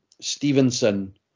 Stevenson